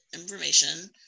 information